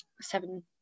seven